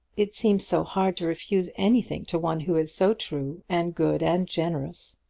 it seems so hard to refuse anything to one who is so true, and good, and generous.